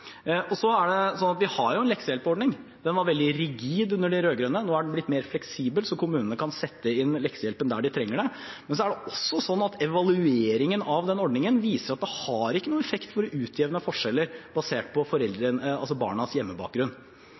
Vi har en leksehjelpsordning. Den var veldig rigid under de rød-grønne. Nå er den blitt mer fleksibel, slik at kommunene kan sette inn leksehjelpen der de trenger det. Men evalueringen av denne ordningen viser at den ikke har noen effekt for å utjevne forskjeller basert på barnas hjemmebakgrunn